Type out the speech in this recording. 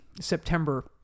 September